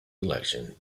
election